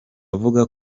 avuga